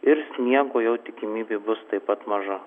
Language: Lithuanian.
ir sniego jau tikimybė bus taip pat maža